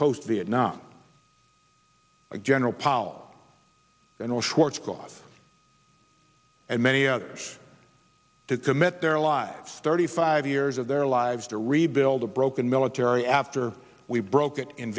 post vietnam a general powell and all schwarzkopf and many others to commit their lives thirty five years of their lives to rebuild a broken military after we broke it in